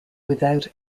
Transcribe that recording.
without